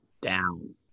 down